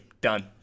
Done